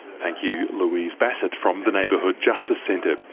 thank you louise bassett from the neighbourhood justice centre.